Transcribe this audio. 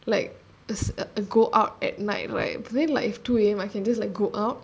like go out at night right but then two A_M I can just like go out